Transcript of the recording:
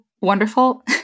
wonderful